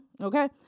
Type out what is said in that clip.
Okay